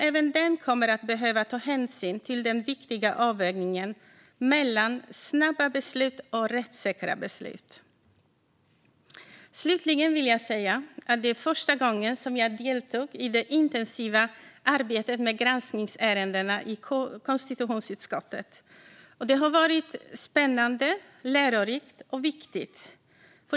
Även den kommer att behöva ta hänsyn till den viktiga avvägningen mellan snabba beslut och rättssäkra beslut. Slutligen vill jag säga att detta var första gången som jag deltog i det intensiva arbetet med granskningsärenden i konstitutionsutskottet. Det har varit spännande, lärorikt och viktigt.